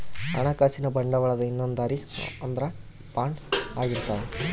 ಹಣಕಾಸಿನ ಬಂಡವಾಳದ ಇನ್ನೊಂದ್ ದಾರಿ ಅಂದ್ರ ಬಾಂಡ್ ಆಗಿರ್ತವ